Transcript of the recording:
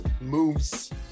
moves